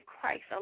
Christ